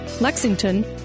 Lexington